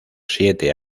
siete